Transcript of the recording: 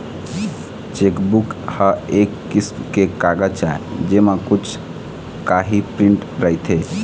chequebook ह एक किसम के कागज आय जेमा कुछ काही प्रिंट रहिथे